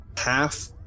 half